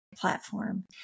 platform